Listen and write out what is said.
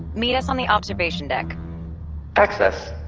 meet us on the observation deck access.